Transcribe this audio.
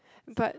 but